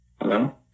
Hello